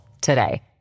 today